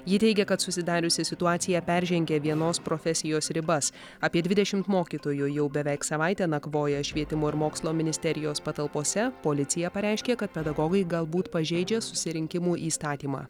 ji teigia kad susidariusi situacija peržengė vienos profesijos ribas apie dvidešimt mokytojų jau beveik savaitę nakvoja švietimo ir mokslo ministerijos patalpose policija pareiškė kad pedagogai galbūt pažeidžia susirinkimų įstatymą